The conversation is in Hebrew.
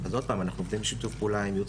אז עוד פעם אנחנו עובדים בשיתוף פעולה עם ייעוץ